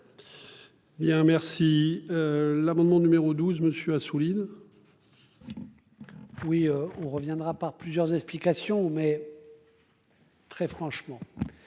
Bien merci. L'amendement numéro 12 monsieur Assouline. Puis on reviendra pas plusieurs explications mais. Très franchement.